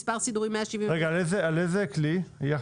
אי ההכשרה, על איזה כלי?